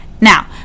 now